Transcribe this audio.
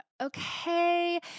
okay